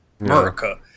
America